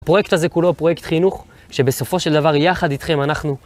הפרויקט הזה כולו, הוא פרויקט חינוך, שבסופו של דבר, יחד איתכם אנחנו